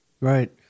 Right